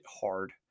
hard